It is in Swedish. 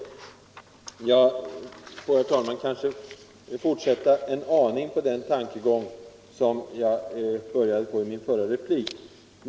Får jag, herr talman, fortsätta en aning på den tankegång som jag började i min förra replik.